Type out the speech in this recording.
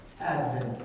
advent